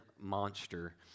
monster